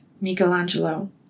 Michelangelo